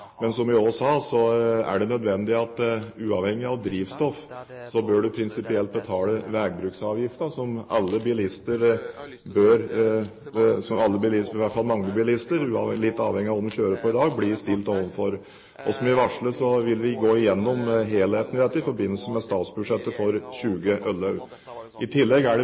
det nødvendig at det uavhengig av drivstoff prinsipielt bør betales veibruksavgift, som mange bilister – litt avhengig av hva man kjører på i dag – blir stilt overfor. Som jeg varslet, vil vi gå igjennom helheten i dette i forbindelse med statsbudsjettet for 2011. I tillegg er det